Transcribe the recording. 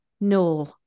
no